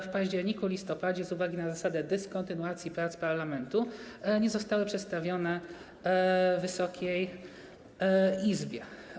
W październiku, listopadzie z uwagi na zasadę dyskontynuacji prac parlamentu nie zostały przedstawione Wysokiej Izbie.